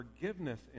forgiveness